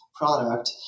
product